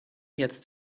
jetzt